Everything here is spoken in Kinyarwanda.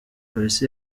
polisi